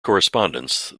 correspondence